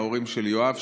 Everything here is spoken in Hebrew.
ההורים של יואב,